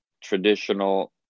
traditional